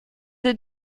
des